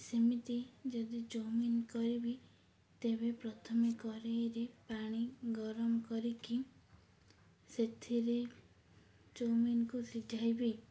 ସେମିତି ଯଦି ଚାଉମିନ କରିବି ତେବେ ପ୍ରଥମେ କଡ଼େଇରେ ପାଣି ଗରମ କରିକି ସେଥିରେ ଚାଉମିନକୁ ସିଝାଇବି